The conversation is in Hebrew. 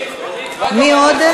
אני, מי עוד?